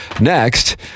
next